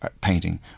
painting